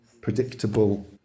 predictable